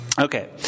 Okay